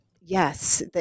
Yes